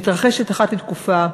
מתרחשת אחת לתקופה,